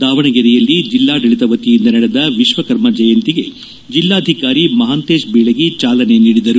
ದಾವಣಗೆರೆಯಲ್ಲಿ ಜಿಲ್ಲಾಡಳಿತ ವತಿಯಿಂದ ನಡೆದ ವಿಶ್ವಕರ್ಮ ಜಯಂತಿಗೆ ಜಿಲ್ಲಾಧಿಕಾರಿ ಮಹಾಂತೇಶ್ ಬೀಳಿಗಿ ಚಾಲನೆ ನೀಡಿದರು